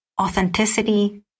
authenticity